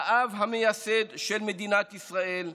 האב המייסד של מדינת ישראל,